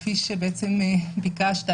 כפי שביקשת,